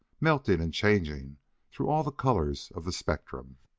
melting and changing through all the colors of the spectrum.